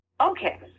Okay